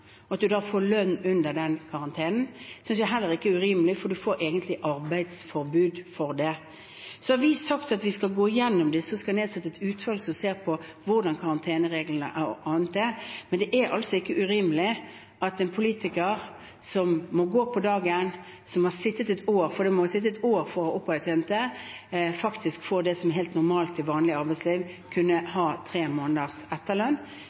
At man da får lønn under den karantenen, synes jeg heller ikke er urimelig, for man får egentlig arbeidsforbud. Så har vi sagt at vi skal gå gjennom disse reglene, at vi skal nedsette et utvalg som skal se på hvordan karantenereglene o.a. er, men det er altså ikke urimelig at en politiker som må gå på dagen, som har sittet et år, for man må sitte et år for å ha opptjent dette, faktisk skal få det som er helt normalt i vanlig arbeidsliv, å kunne ha tre måneders etterlønn.